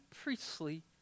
priestly